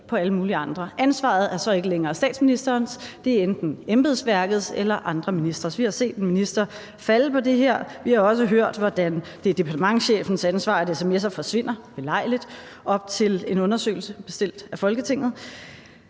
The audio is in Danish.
på alle mulige andre. Ansvaret er så ikke længere statsministerens; der enten embedsværkets eller andre ministres. Vi har set ministre falde på det her. Vi har også hørt, hvordan det er departementschefens ansvar, at sms'er forsvinder – belejligt – op til en undersøgelse bestilt af Folketinget.